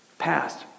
past